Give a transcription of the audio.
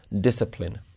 discipline